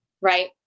right